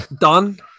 done